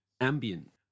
ambient